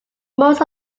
most